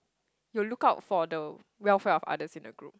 you look out for the welfare of other in the group